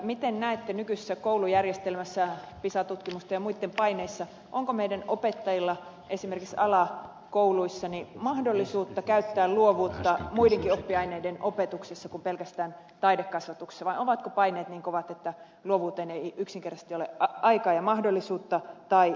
miten näette nykyisessä koulujärjestelmässä pisa tutkimusten ja muitten paineessa onko meidän opettajillamme esimerkiksi alakouluissa mahdollisuutta käyttää luovuutta muidenkin oppiaineiden opetuksessa kuin pelkästään taidekasvatuksessa vai ovatko paineet niin kovat että luovuuteen ei yksinkertaisesti ole aikaa ja mahdollisuutta tai kyse on jaksamisesta